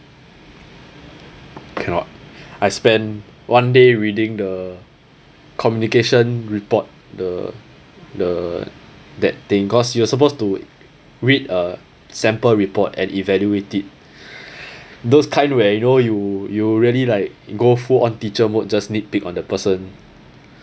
cannot I spend one day reading the communication report the the that thing cause you are supposed to read a sample report and evaluate it those kind where you know you you really like go full on teacher mode just nitpick on the person